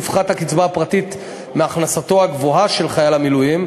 תופחת הקצבה הפרטית מהכנסתו הגבוהה של חייל המילואים,